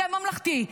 זה ממלכתי.